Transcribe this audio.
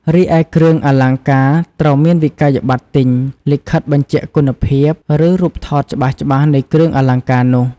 រីឯ គ្រឿងអលង្ការ ត្រូវមានវិក្កយបត្រទិញ លិខិតបញ្ជាក់គុណភាព ឬរូបថតច្បាស់ៗនៃគ្រឿងអលង្ការនោះ។